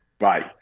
Right